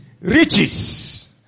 riches